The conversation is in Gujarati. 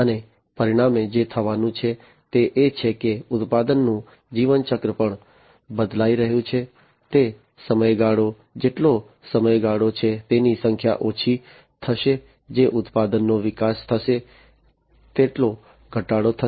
અને પરિણામે જે થવાનું છે તે એ છે કે ઉત્પાદનનું જીવન ચક્ર પણ બદલાઈ રહ્યું છે તે સમયગાળો જેટલો સમયગાળો છે તેની સંખ્યા ઓછી થશે જે ઉત્પાદનનો વિકાસ થશે તેટલો ઘટાડો થશે